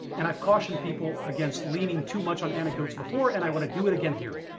and i've cautioned people against leaning too much on anecdotes before and i want to do it again here.